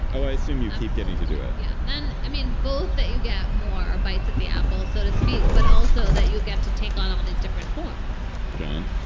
i assume you keep getting to do it. yeah then i mean both that you get more bites at the apple, so to speak, but also that you get to take on all these different forms john,